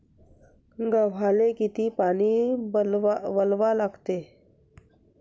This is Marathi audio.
गव्हाले किती पानी वलवा लागते?